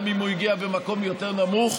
גם אם הוא הגיע במקום יותר נמוך.